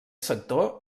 sector